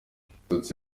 ibitotsi